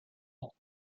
ans